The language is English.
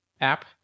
app